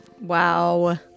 Wow